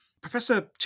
Professor